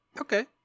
Okay